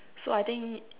so I think